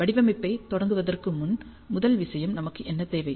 வடிவமைப்பைத் தொடங்குவதற்கு முன் முதல் விஷயம் நமக்கு என்ன தேவை